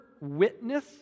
witness